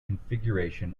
configuration